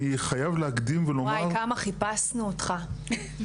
אני חייב להקדים ולומר --- כמה חיפשנו אותך,